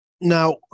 Now